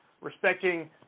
respecting